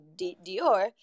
Dior